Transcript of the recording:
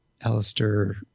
Alistair